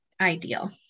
ideal